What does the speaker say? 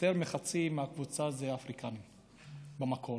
ויותר מחצי מהקבוצה הם אפריקנים במקור.